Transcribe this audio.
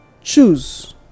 choose